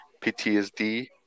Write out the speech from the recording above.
PTSD